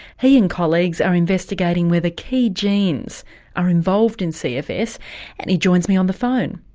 he and colleagues are investigating whether key genes are involved in cfs and he joins me on the phone.